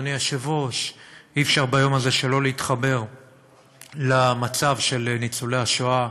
אדוני היושב-ראש: אי-אפשר ביום הזה שלא להתחבר למצב של ניצולי השואה.